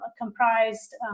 comprised